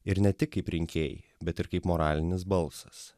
ir ne tik kaip rinkėjai bet ir kaip moralinis balsas